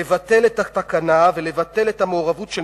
לבטל את התקנה ולבטל את המעורבות של